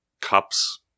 cups